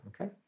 okay